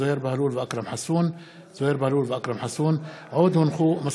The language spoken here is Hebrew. זוהיר בהלול ואכרם חסון בנושא: דוחות המועצה לשלום הילד.